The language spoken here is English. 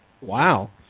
Wow